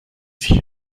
sich